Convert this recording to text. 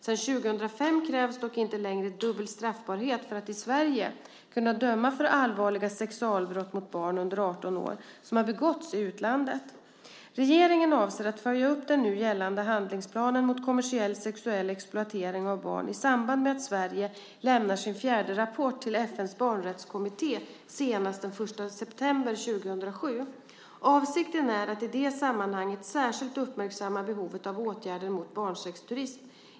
Sedan 2005 krävs dock inte längre dubbel straffbarhet för att i Sverige kunna döma för allvarliga sexualbrott mot barn under 18 år som har begåtts i utlandet. Regeringen avser att följa upp den nu gällande handlingsplanen mot kommersiell sexuell exploatering av barn i samband med att Sverige lämnar sin fjärde rapport till FN:s barnrättskommitté senast den 1 september 2007. Avsikten är att i det sammanhanget särskilt uppmärksamma behovet av åtgärder mot barnsexturism.